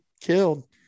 killed